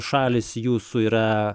šalys jūsų yra